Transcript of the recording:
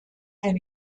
and